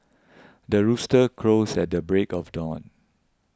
the rooster crows at the break of dawn